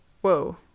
Whoa